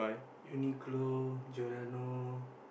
Uniqlo Giordano